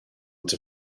ils